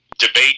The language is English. debate